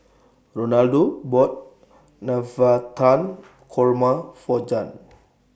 Ronaldo bought Navratan Korma For Jann